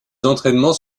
entraînements